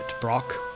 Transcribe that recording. Brock